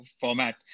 format